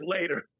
later